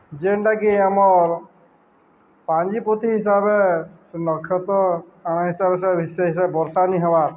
ଯେନ୍ଟାକି ଆମର୍ ପାଞ୍ଜି ପୋଥି ହିସାବେ ସେ ନକ୍ଷତ କାଣା ହିସାବେ ସେ ହିସାବେ ବର୍ଷା ନି ହେବାର୍